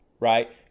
right